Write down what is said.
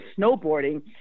snowboarding